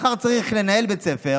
מחר צריך לנהל בית ספר,